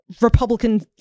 Republican